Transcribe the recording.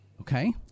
Okay